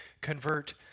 convert